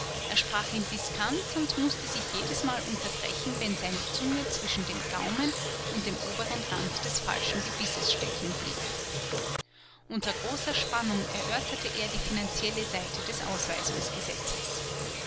er sprach im diskant und mußte sich jedesmal unterbrechen wenn seine zunge zwischen dem gaumen und dem oberen rand des falschen gebisses stecken blieb unter großer spannung erörterte er die finanzielle seite des